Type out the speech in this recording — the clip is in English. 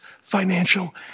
financial